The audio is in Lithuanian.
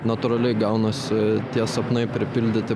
natūraliai gaunasi tie sapnai pripildyti